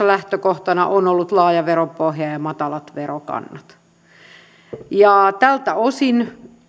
lähtökohtana on ollut laaja veropohja ja ja matalat verokannat tältä osin